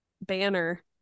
banner